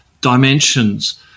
dimensions